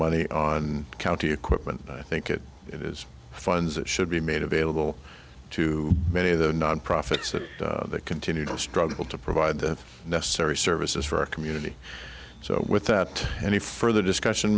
money on county equipment i think that it is funds that should be made available to many of the nonprofits that continue to struggle to provide the necessary services for our community so without any further discussion